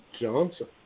Johnson